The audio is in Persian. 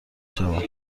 شود